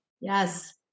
Yes